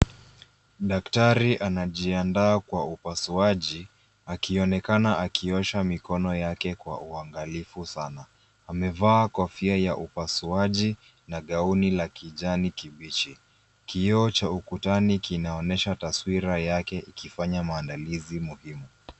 Daktari anajiandaa kwa upasuaji akionekana akiosha mikono yake kwa uangalifu sana. Amevaa kofia ya upasuaji na gauni la kijani kibichi. Kioo cha ukutani kinaonyesha taswira yake ikifanya maandalizi muhimu.